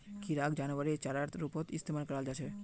किराक जानवरेर चारार रूपत इस्तमाल कराल जा छेक